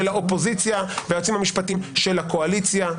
האופוזיציה והיועצים המשפטיים של הקואליציה.